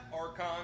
archon